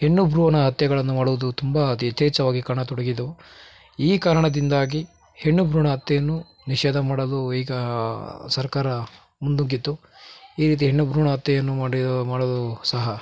ಹೆಣ್ಣು ಭ್ರೂಣ ಹತ್ಯೆಗಳನ್ನು ಮಾಡುವುದು ತುಂಬ ಅತಿ ಯಥೇಚ್ಛವಾಗಿ ಕಾಣತೊಡಗಿದವು ಈ ಕಾರಣದಿಂದಾಗಿ ಹೆಣ್ಣು ಭ್ರೂಣ ಹತ್ಯೆಯನ್ನು ನಿಷೇಧ ಮಾಡಲು ಈಗ ಸರ್ಕಾರ ಮುನ್ನುಗಿತ್ತು ಈ ರೀತಿ ಹೆಣ್ಣು ಭ್ರೂಣ ಹತ್ಯೆಯನ್ನು ಮಾಡಿ ಮಾಡಲು ಸಹ